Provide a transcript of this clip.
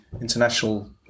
international